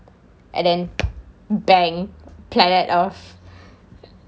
and then bang planet earth